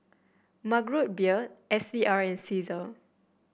Mug Root Beer S V R and Cesar